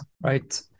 Right